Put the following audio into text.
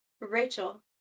Rachel